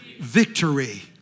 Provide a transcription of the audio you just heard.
Victory